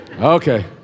Okay